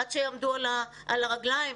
עד שיעמדו על הרגליים,